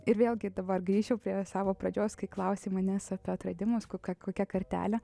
ir vėlgi dabar grįšiu prie savo pradžios kai klausei manęs apie atradimus ko kokia kartelė